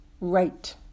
right